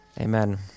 Amen